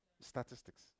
statistics